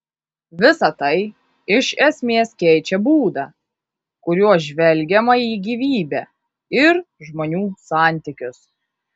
visa tai iš esmės keičia būdą kuriuo žvelgiama į gyvybę ir žmonių santykius